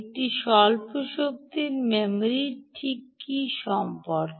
একটি স্বল্প শক্তি রেডিও মেমরি ঠিক কি সম্পর্কে